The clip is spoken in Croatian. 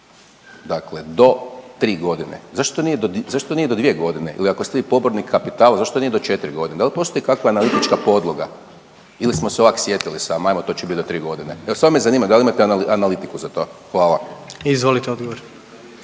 dakle do 3 godine, zašto to nije do 2 godine ili ako ste vi pobornik kapitala zašto nije do 4 godine? Da li postoji kakva analitička podloga ili smo se ovak sjetili samo, ajmo to će biti do 3 godine. Evo, samo me zanima da li imate analitiku za to? Hvala. **Jandroković,